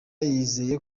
yizeye